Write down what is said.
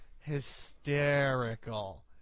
hysterical